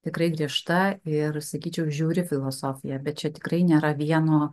tikrai griežta ir sakyčiau žiauri filosofija bet čia tikrai nėra vieno